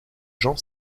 jean